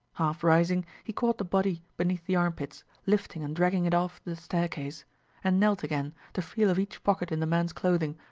half rising, he caught the body beneath the armpits, lifting and dragging it off the staircase and knelt again, to feel of each pocket in the man's clothing,